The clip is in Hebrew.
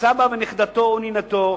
סבא ונכדתו או נינתו,